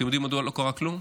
אתם יודעים מדוע לא קרה כלום?